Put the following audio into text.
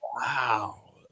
wow